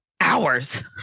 hours